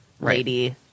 lady